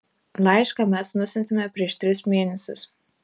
laišką mes nusiuntėme prieš tris mėnesius